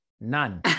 None